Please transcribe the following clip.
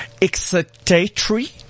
excitatory